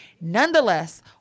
Nonetheless